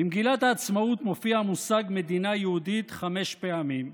במגילת העצמאות מופיע המושג "מדינה יהודית" חמש פעמים,